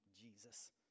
Jesus